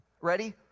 Ready